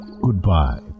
Goodbye